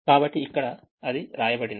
కాబట్టి అది ఇక్కడ వ్రాయబడింది